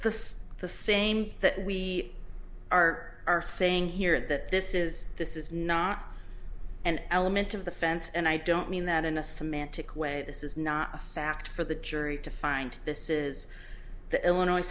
women the same that we are are saying here that this is this is not an element of the fence and i don't mean that in a semantic way this is not a fact for the jury to find this is the illinois